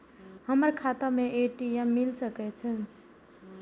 हमर खाता में ए.टी.एम मिल सके छै?